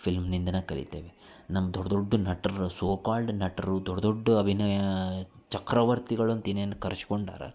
ಫಿಲ್ಮ್ನಿಂದನೇ ಕಲಿತೇವೆ ನಮ್ಮ ದೊಡ್ಡ ದೊಡ್ಡ ನಟರ ಸೋಕಾಲ್ಡ್ ನಟರು ದೊಡ್ಡ ದೊಡ್ಡ ಅಭಿನಯ ಚಕ್ರವರ್ತಿಗಳು ಅಂತ ಏನೇನು ಕರ್ಸ್ಕೊಂಡಾರ